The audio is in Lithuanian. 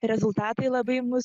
rezultatai labai mus